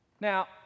Now